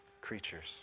creatures